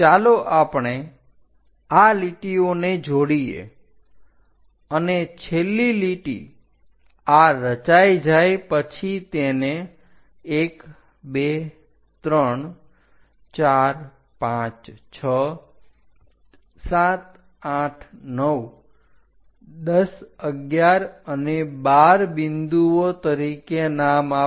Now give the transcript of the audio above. ચાલો આપણે આ લીટીઓને જોડીએ અને છેલ્લી લીટી આ રચાય જાય પછી તેને 1234567891011 અને 12 બિંદુઓ તરીકે નામ આપો